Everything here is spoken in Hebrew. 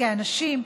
כאנשים,